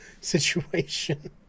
situation